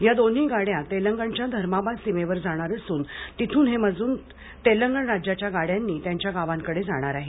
या दोन्ही गाड्या तेलंगणाच्या धर्माबाद सीमेवर जाणार असून तिथून हे मजूर तेलंगण राज्याच्या गाड्यांनी त्यांच्या गावाकडे जाणार आहेत